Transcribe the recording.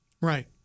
Right